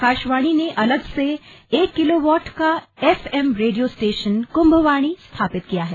आकाशवार्णी ने अलग से एक किलोवॉट का एफ एम रेडियो स्टेशन कृम्भवाणी स्थापित किया है